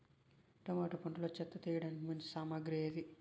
Tomato పంటలో చెత్త తీయడానికి మంచి సామగ్రి ఏది?